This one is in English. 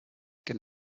can